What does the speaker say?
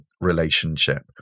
relationship